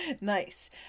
Nice